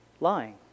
lying